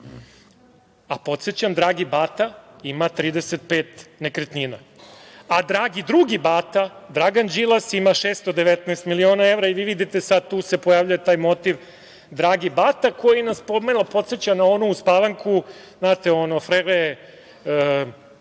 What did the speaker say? smrću. Podsećam, dragi bata ima 35 nekretnina. Dragi drugi bata, Dragana Đilas, ima 619 miliona evra. Vi vidite sada, tu se pojavljuje taj motiv – dragi bata, koji nas pomalo podseća na onu uspavanku, znate ono – Frere